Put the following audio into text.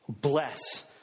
Bless